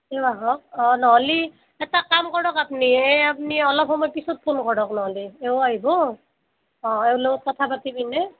তেওঁ আহক নহ্লি এটা কাম কৰক আপনিয়ে আপনি অলপ সময়ৰ পিছত ফোন কৰক নহ্লি এওঁ আইভ এওঁৰ লগত কথা পাতি পিনে